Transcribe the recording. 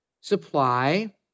supply